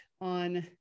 on